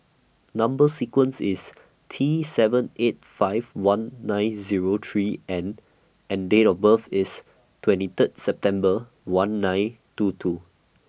Number sequence IS T seven eight five one nine Zero three N and Date of birth IS twenty Third September one nine two two